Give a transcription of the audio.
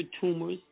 tumors